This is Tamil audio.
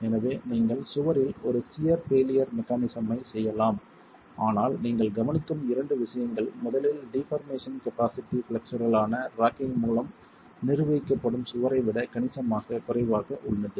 எனவே நீங்கள் சுவரில் ஒரு சியர் பெய்லியர் மெக்கானிஸம் ஐ செய்யலாம் ஆனால் நீங்கள் கவனிக்கும் இரண்டு விஷயங்கள் முதலில் டிபார்மேஷன் கபாஸிட்டி ஃப்ளெக்சுரல் ஆன ராக்கிங் மூலம் நிர்வகிக்கப்படும் சுவரை விட கணிசமாக குறைவாக உள்ளது